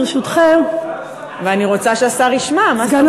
ברשותכם, אבל אני רוצה שהשר ישמע, מה זאת אומרת?